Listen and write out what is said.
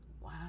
wow